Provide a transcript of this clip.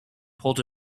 pulled